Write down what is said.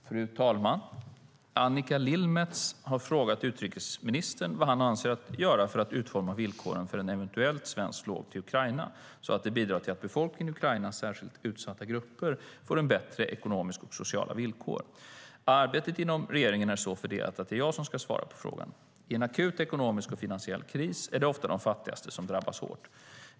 Fru talman! Annika Lillemets har frågat utrikesministern vad han avser att göra för att utforma villkoren för ett eventuellt svenskt lån till Ukraina så att det bidrar till att befolkningen i Ukraina, särskilt utsatta grupper, får bättre ekonomiska och sociala villkor. Arbetet inom regeringen är så fördelat att det är jag som ska svara på frågan. I en akut ekonomisk och finansiell kris är det ofta de fattigaste som drabbas hårt.